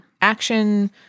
action